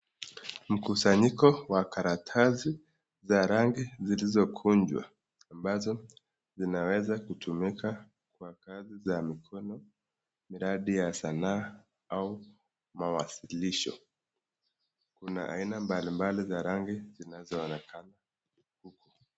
Mkusanyiko wa karasati za rangi zilizokunjwa ambazo zinaweza kutumika kwa kazi ya mikono miradi ya sanaa au mawasilisho kuna aina mbali mbali za rangi zinazoonekana huku.